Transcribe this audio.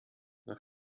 nach